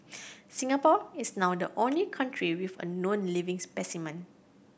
Singapore is now the only country with a known living specimen